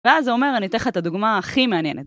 ואז זה אומר, אני אתן לך את הדוגמה הכי מעניינת.